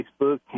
Facebook